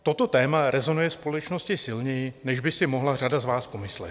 Toto téma rezonuje společností silněji, než by si mohla řada z vás pomyslet.